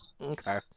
Okay